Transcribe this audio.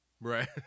Right